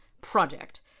project